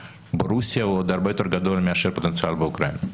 ברוסיה הוא הרבה יותר גדול מאשר הפוטנציאל באוקראינה,